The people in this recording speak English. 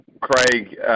Craig